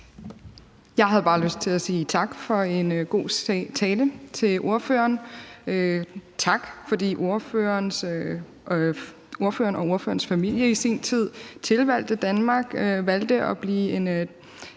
Jeg havde bare lyst til at sige tak til ordføreren for en god tale. Tak, fordi ordføreren og ordførerens familie i sin tid tilvalgte Danmark